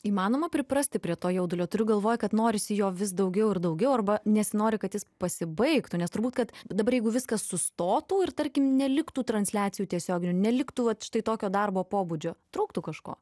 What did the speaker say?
įmanoma priprasti prie to jaudulio turiu galvoj kad norisi jo vis daugiau ir daugiau arba nesinori kad jis pasibaigtų nes turbūt kad dabar jeigu viskas sustotų ir tarkim neliktų transliacijų tiesioginių neliktų vat štai tokio darbo pobūdžio trūktų kažko